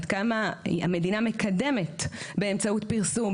עד כמה המדינה מקדמת באמצעות פרסום,